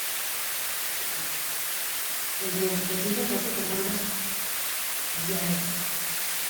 Yang punya cita cita tapi terhambat biaya.